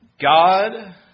God